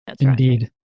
Indeed